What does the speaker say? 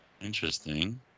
interesting